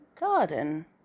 garden